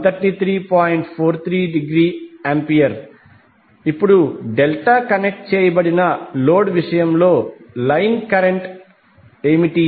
43°A ఇప్పుడు delta connect చేయబడిన load విషయంలో లైన్ కరెంట్ ఏమిటి